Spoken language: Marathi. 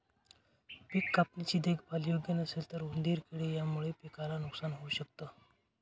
पिक कापणी ची देखभाल योग्य नसेल तर उंदीर किडे यांच्यामुळे पिकाला नुकसान होऊ शकत